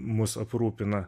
mus aprūpina